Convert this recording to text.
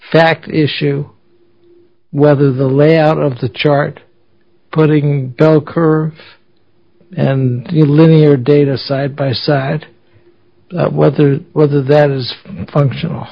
fact issue whether the layout of the chart putting bell curve and the linear data side by side whether whether that is functional